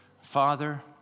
Father